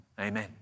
Amen